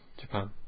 Japan